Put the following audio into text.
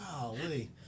golly